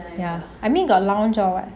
ya I mean the lunch lor